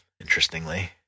Interestingly